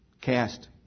Cast